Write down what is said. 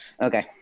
Okay